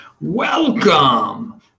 Welcome